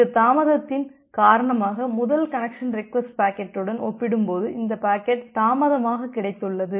இந்த தாமதத்தின் காரணமாக முதல் கனெக்சன் ரெக்வஸ்ட் பாக்கெட்டுடன் ஒப்பிடும்போது இந்த பாக்கெட் தாமதமாக கிடைத்துள்ளது